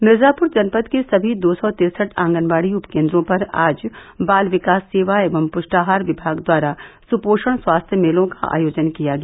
मिर्जापुर जनपद के सभी दो सौ तिरसठ आंगनबाड़ी उपकेंद्रों पर आज बाल विकास सेवा एवं पुष्टाहार विभाग द्वारा सुपोषण स्वास्थ्य मेलों का आयोजन किया गया